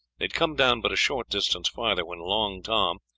they had come down but a short distance farther when long tom,